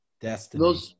Destiny